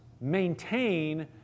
maintain